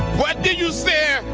what did you say?